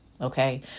okay